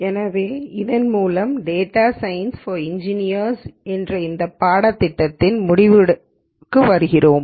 எனவே இதன் மூலம் டேட்டா சயின்ஸ் பார் இன்ஜினியர்ஸ் என்ற இந்த பாடத்திட்டத்தின் முடிவுக்கு வருகிறோம்